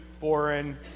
foreign